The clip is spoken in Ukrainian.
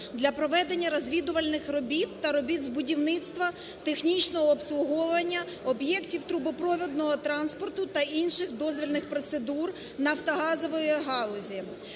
для проведення розвідувальних робіт та робіт з будівництва технічного обслуговування об'єктів трубопровідного транспорту та інших дозвільних процедур нафтогазової галузі,